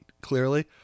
clearly